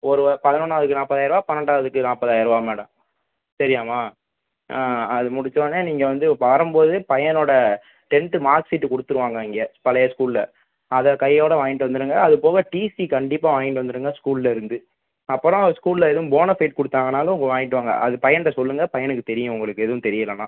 ஒரு பதினொன்றாவதுக்கு நாற்பதாயிருவா பன்னெண்டாவதுக்கு நாற்பதாயிர்ருவா மேடம் சரியாம்மா அது முடிச்சோன்னே நீங்கள் வந்து வரம் போது பையனோட டென்த்து மார்க் ஷீட்டு கொடுத்துருவாங்க இங்கே பழைய ஸ்கூலில் அதை கையோட வாங்கிகிட்டு வந்துருங்க அது போக டிசி கண்டிப்பாக வாங்கிட்டு வந்துவிடுங்க ஸ்கூல்லருந்து அப்புறம் ஸ்கூலில் எதுவும் போனஃபைட் கொடுத்தாங்கனாலும் வாங்கிகிட்டு வாங்க அது பையன்கிட்ட சொல்லுங்கள் பையனுக்கு தெரியும் உங்களுக்கு எதுவும் தெரியலன்னா